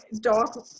dog